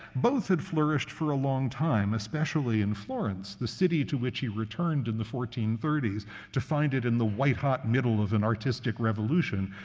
both had flourished for a long time, especially in florence, the city to which he returned in the fourteen thirty s to find it in the white-hot middle of an artistic revolution,